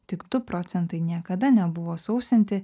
tik du procentai niekada nebuvo sausinti